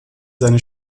seine